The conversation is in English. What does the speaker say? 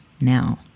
now